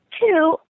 Two